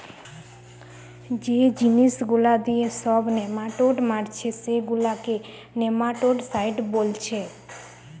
যে জিনিস গুলা দিয়ে সব নেমাটোড মারছে সেগুলাকে নেমাটোডসাইড বোলছে